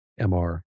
MR